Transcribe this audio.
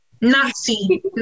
Nazi